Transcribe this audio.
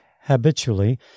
habitually